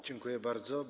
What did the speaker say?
Dziękuję bardzo.